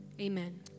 Amen